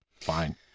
Fine